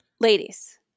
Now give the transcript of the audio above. Ladies